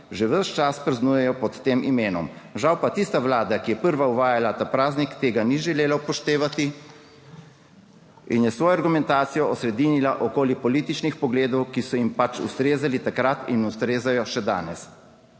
že ves čas praznujejo pod tem imenom, žal pa tista vlada, ki je prva uvajala ta praznik, tega ni želela upoštevati, in je svojo argumentacijo osredinila okoli političnih pogledov, ki so jim pač ustrezali takrat in ustrezajo še danes.